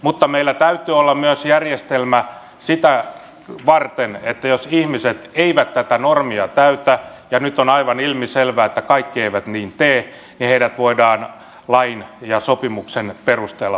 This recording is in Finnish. mutta meillä täytyy olla myös järjestelmä sitä varten että jos ihmiset eivät tätä normia täytä ja nyt on aivan ilmiselvää että kaikki eivät niin tee niin heidät voidaan lain ja sopimuksen perusteella palauttaa